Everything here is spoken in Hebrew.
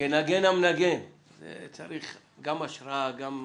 כנגן המנגן, צריך גם השראה, גם